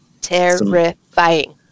Terrifying